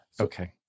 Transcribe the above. Okay